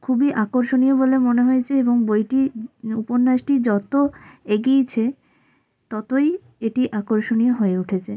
খুবই আকর্ষণীয় বলে মনে হয়েছে এবং বইটি উপন্যাসটি যতো এগিয়েছে ততই এটি আকর্ষণীয় হয়ে উঠেছে